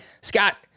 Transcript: Scott